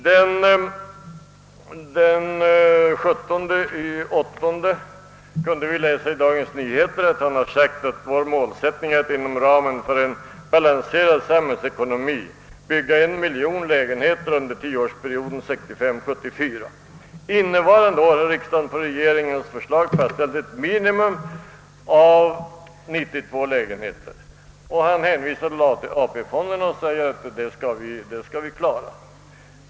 Den 17 augusti kunde vi läsa i Dagens Nyheter: »Vår målsättning är att inom ramen för en balanserad samhällsekonomi bygga en miljon lägenheter under 10-årsperioden 1965—1974. Innevarande år har riksdagen på regeringens förslag fastställt en minimiram av 92 000 lägenheter.» Statsministern hänvisar till AP-fonderna och säger att man skall klara uppgiften.